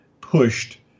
pushed